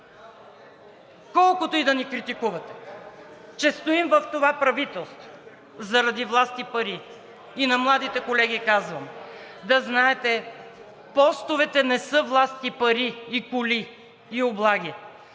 Колкото и да ни критикувате, че стоим в това правителство заради власт и пари – и на младите колеги казвам: да знаете, постовете не са власт, пари, коли и облаги,